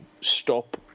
stop